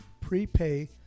prepay